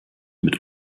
mit